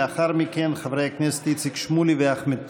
לאחר מכן, חברי הכנסת איציק שמולי ואחמד טיבי.